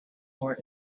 more